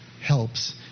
helps